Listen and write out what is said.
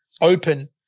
Open